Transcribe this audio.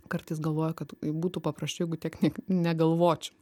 kartais galvoju kad būtų paprasčiau jeigu tiek ne negalvočiau